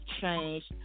changed